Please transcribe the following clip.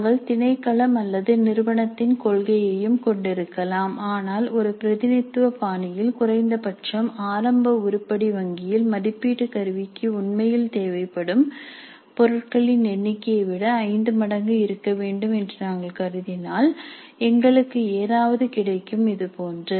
நாங்கள் திணைக்களம் அல்லது நிறுவனத்தின் கொள்கையையும் கொண்டிருக்கலாம் ஆனால் ஒரு பிரதிநிதித்துவ பாணியில் குறைந்தபட்சம் ஆரம்ப உருப்படி வங்கியில் மதிப்பீட்டு கருவிக்கு உண்மையில் தேவைப்படும் பொருட்களின் எண்ணிக்கையை விட ஐந்து மடங்கு இருக்க வேண்டும் என்று நாங்கள் கருதினால் எங்களுக்கு ஏதாவது கிடைக்கும் இது போன்ற